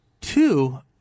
Two